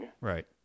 Right